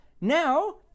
now